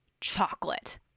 chocolate